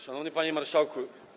Szanowny Panie Marszałku!